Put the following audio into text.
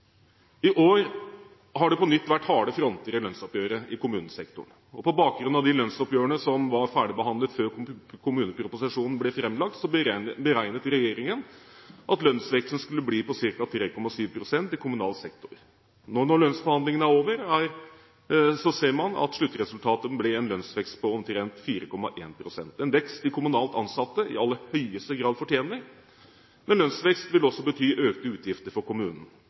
I år har det på nytt vært harde fronter i lønnsoppgjøret i kommunesektoren. På bakgrunn av de lønnsoppgjørene som var ferdigbehandlet før kommuneproposisjonen ble framlagt, beregnet regjeringen at lønnsveksten skulle bli på ca. 3,7 pst. i kommunal sektor. Nå når lønnsforhandlingene er over, ser man at sluttresultatet ble en lønnsvekst på omtrent 4,1 pst. – en vekst de kommunalt ansatte i aller høyeste grad fortjener. Men lønnsvekst vil også bety økte utgifter for kommunen.